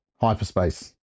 Hyperspace